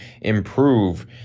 improve